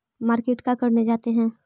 Market का करने जाते हैं?